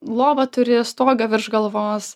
lovą turi stogą virš galvos